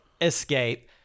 escape